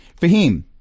Fahim